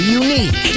unique